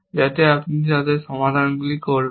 যাতে আপনি তাদের সমাধান করবেন